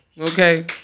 Okay